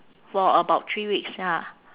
for about three weeks ya